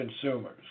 consumers